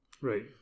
Right